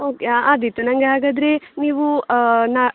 okay ಆದೀತು ನನಗೆ ಹಾಗಾದರೆ ನೀವು ನಾ